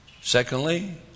Secondly